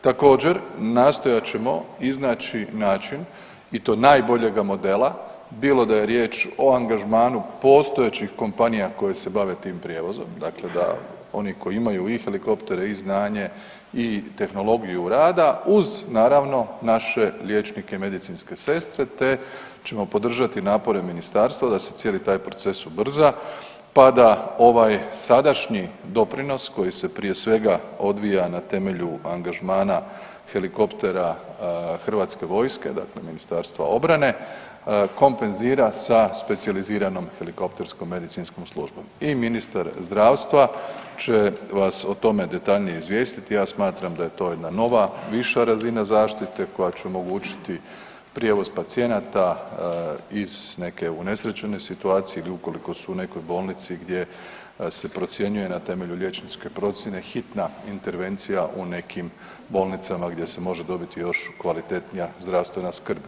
Također nastojat ćemo iznaći način i to najboljega modela, bilo da je riječ o angažmanu postojećih kompanija koje se bave tim prijevozom, dakle da oni koji imaju i helikoptere i znanje i tehnologiju rada uz naravno naše liječnike medicinske sestre te ćemo podržati napore ministarstva da se cijeli taj proces ubrza pa da ovaj sadašnji doprinos koji se prije svega odvija na temelju angažmana helikoptera Hrvatske vojske, dakle MORH-a kompenzira sa Specijaliziranom helikopterskom medicinskom službom i ministar zdravstva će vas o tome detaljnije izvijestiti i ja smatram da je to jedna nova viša razina zašite koja će omogućiti prijevoz pacijenata iz neke unesrećene situacije ili ukoliko su u nekoj bolnici gdje se procjenjuje na temelju liječničke procjene hitna intervencija u nekim bolnicama gdje se može dobiti još kvalitetnija zdravstvena skrb.